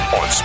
on